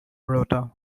rota